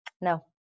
no